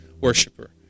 worshiper